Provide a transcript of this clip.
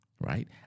right